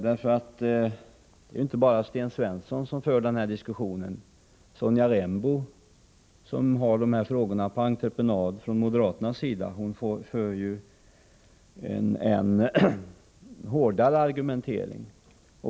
Det är ju inte bara Sten Svensson som för den här argumenteringen — Sonja Rembo, som har de här frågorna på entreprenad på moderaternas sida, för ju en hårdare argumentering.